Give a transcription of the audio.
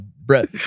Brett